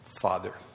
Father